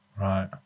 Right